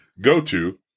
go-to